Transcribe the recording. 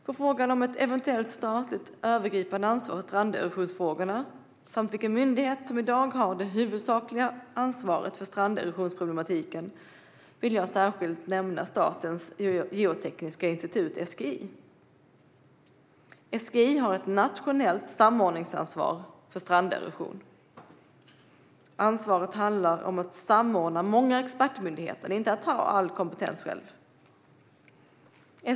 På frågan om ett eventuellt statligt övergripande ansvar för stranderosionsfrågan samt vilken myndighet som i dag har det huvudsakliga ansvaret för stranderosionsproblematiken vill jag särskilt nämna Statens geotekniska institut, SGI. SGI har ett nationellt samordningsansvar för stranderosion. Ansvaret handlar om att samordna många expertmyndigheter, inte att ha all kompetens själv.